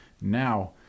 Now